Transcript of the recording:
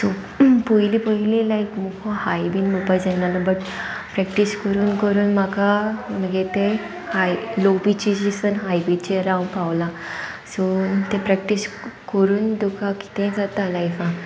so पोयलीं पयलीं लायक मुको हाय बीन मुणपा जायना आहलों बट प्रॅक्टीस करून करून म्हाका मुगे ते हाय लो पिचीसून हाय पिचीर हांव पावलां सो ते प्रॅक्टीस करून तुका कितेंय जाता लायफान